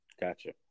Gotcha